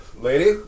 lady